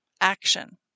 action